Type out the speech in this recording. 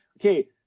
okay